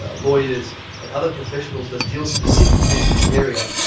ah lawyers and other professionals that deal specifically in this area,